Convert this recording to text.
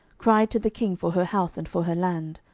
cried to the king for her house and for her land.